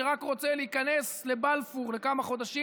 שרק רוצה להיכנס לבלפור לכמה חודשים.